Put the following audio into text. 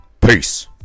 Peace